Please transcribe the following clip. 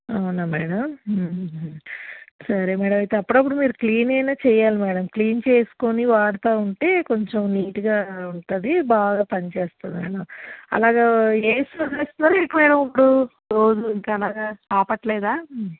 అవునా మ్యాడమ్ సరే మ్యాడమ్ అయితే అప్పుడప్పుడు మీరు క్లీన్ అయిన చేయాలి మ్యాడమ్ క్లీన్ చేసుకుని వాడతు ఉంటే కొంచెం నీట్గా ఉంటుంది బాగా పనిచేస్తుంది మ్యాడమ్ అలాగా ఏసీ వదిలేస్తున్నారా ఏంటి ఎప్పుడు రోజు ఇంకా అలాగా ఆపట్లేదా